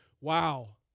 wow